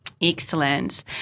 Excellent